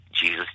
Jesus